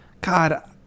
God